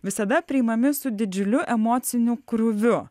visada priimami su didžiuliu emociniu krūviu